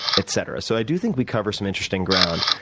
etc. so i do think we cover some interesting ground.